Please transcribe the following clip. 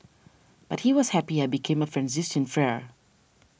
but he was happy I became a Franciscan friar